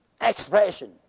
expression